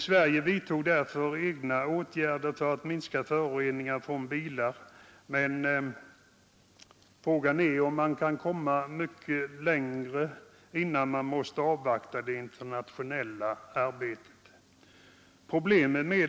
Sverige vidtog därför egna åtgärder för att minska föroreningarna från bilar, men frågan är om man kan komma mycket längre utan att avvakta det internationella arbetet.